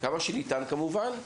כמה שניתן כמובן,